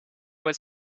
was